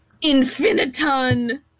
infiniton